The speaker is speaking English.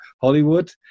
Hollywood